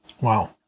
Wow